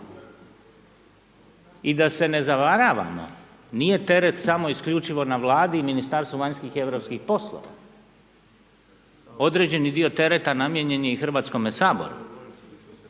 I da se ne zavaravamo nije teret samo isključivo na Vladi i Ministarstvu vanjskih i europskih poslova, određeni dio tereta namijenjen je i Hrvatskome saboru.